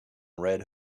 red